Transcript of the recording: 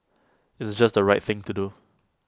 it's just the right thing to do